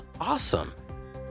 awesome